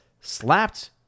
slapped